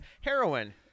Heroin